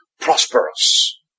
prosperous